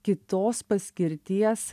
kitos paskirties